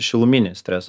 šiluminį stresą